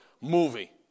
movie